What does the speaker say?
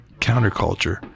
counterculture